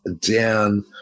down